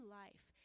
life